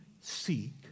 seek